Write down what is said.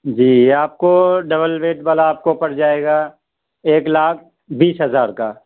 جی آپ کو double bed والا آپ کو پڑ جائے گا ایک لاکھ بیس ہزار کا